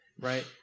Right